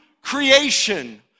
creation